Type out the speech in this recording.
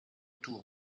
tour